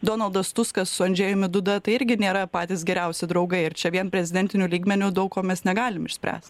donaldas tuskas su andžejumi duda tai irgi nėra patys geriausi draugai ir čia vien prezidentiniu lygmeniu daug ko mes negalim išspręst